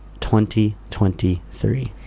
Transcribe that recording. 2023